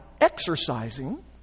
exercising